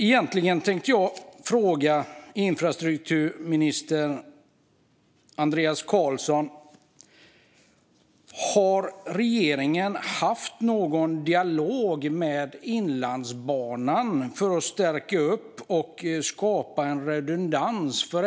Därför tänkte jag fråga infrastrukturminister Andreas Carlson om regeringen har haft någon dialog om att stärka Inlandsbanan och skapa en redundans.